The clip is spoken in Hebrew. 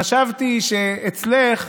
חשבתי שאצלך,